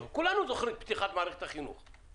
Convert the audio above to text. כולנו זוכרים את פתיחת מערכת החינוך,